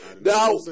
Now